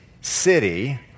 city